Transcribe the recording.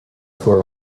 for